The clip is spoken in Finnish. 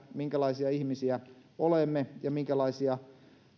minkälaisia ihmisiä olemme ja minkälaisia